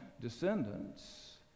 descendants